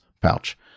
pouch